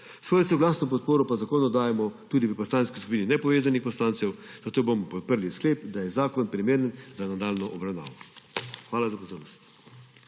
Svojo soglasno podporo pa zakonu dajemo tudi v Poslanski skupini nepovezanih poslancev, zato bomo podprli sklep, da je zakon primeren za nadaljnjo obravnavo. Hvala za pozornost.